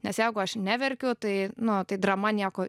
nes jeigu aš neverkiu tai nu tai drama nieko